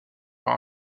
par